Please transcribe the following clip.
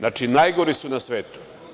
Najgori su na svetu.